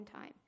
time